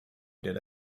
did